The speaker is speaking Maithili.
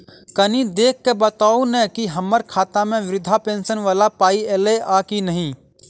कनि देख कऽ बताऊ न की हम्मर खाता मे वृद्धा पेंशन वला पाई ऐलई आ की नहि?